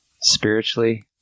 spiritually